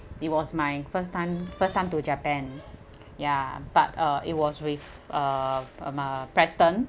it was my first time first time to japan ya but uh it was with uh uh my preston